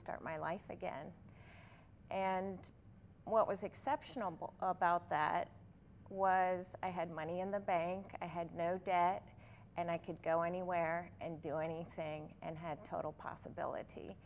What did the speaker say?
start my life again and what was exceptional about that was i had money in the bank i had no debt and i could go anywhere and do anything and had total possibility